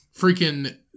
Freaking